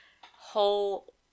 whole